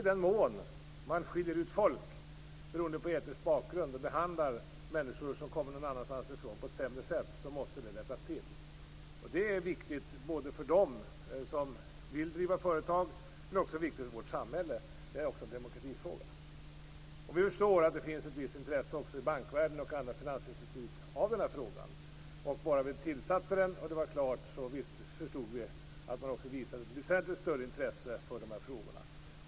I den mån man skiljer ut folk beroende på etnisk bakgrund och behandlar människor som kommer någon annanstans ifrån på ett sämre sätt måste det rättas till. Det är viktigt både för dem som vill driva företag och för vårt samhälle. Det är också en demokratifråga. Vi förstår att det finns ett visst intresse också i bankvärlden och i andra finansinstitut av denna fråga. Bara utredningen blivit tillsatt och allt var klart visade det sig finnas ett väsentligt större intresse för de här frågorna.